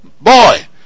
Boy